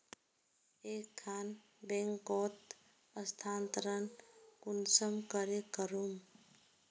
एक खान बैंकोत स्थानंतरण कुंसम करे करूम?